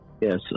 yes